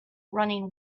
running